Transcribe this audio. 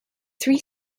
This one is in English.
three